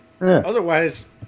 Otherwise